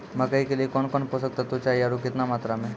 मकई के लिए कौन कौन पोसक तत्व चाहिए आरु केतना मात्रा मे?